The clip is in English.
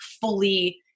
fully